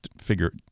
figure